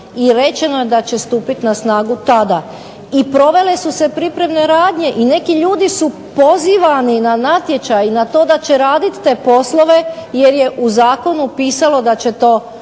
i rečeno je da će stupiti na snagu tada. I provele su se pripremne radnje i neki ljudi su pozivani na natječaj, na to da će radit te poslove jer je u zakonu pisalo da će to raditi